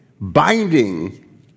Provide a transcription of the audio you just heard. binding